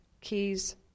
keys